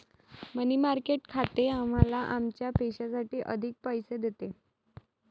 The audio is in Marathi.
मनी मार्केट खाते आम्हाला आमच्या पैशासाठी अधिक पैसे देते